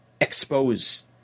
expose